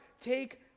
Take